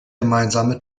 gemeinsame